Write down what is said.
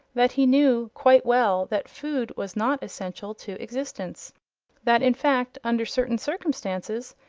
that he knew quite well that food was not essential to existence that in fact, under certain circumstances,